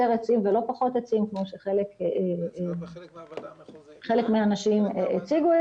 עצים ולא פחות עצים כמו שחלק מהאנשים הציגו.